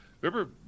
Remember